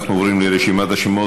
אנחנו עוברים לרשימת השמות.